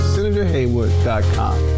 SenatorHaywood.com